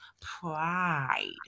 pride